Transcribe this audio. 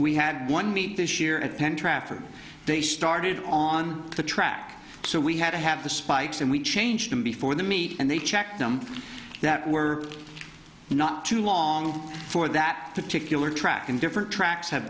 we had one meet this year at penn trafford they started on the track so we had to have the spikes and we changed them before the meet and they checked them that were not too long for that particular track and different tracks have